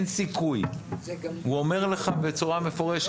הוא אומר לך בצורה מפורשת,